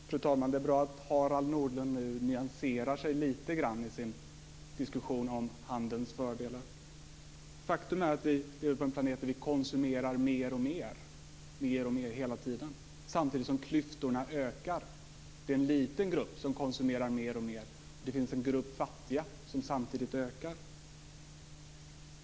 Fru talman! Det är bra att Harald Nordlund nu nyanserar sig lite grann i diskussionen om handelns fördelar. Faktum är att vi lever på en planet där vi konsumerar mer och mer hela tiden samtidigt som klyftorna ökar. Det är en liten grupp som konsumerar mer och mer. Det finns grupp fattiga som samtidigt ökar.